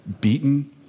beaten